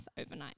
overnight